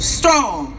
strong